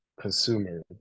consumer